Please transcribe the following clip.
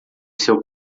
seu